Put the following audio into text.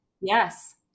yes